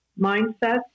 mindsets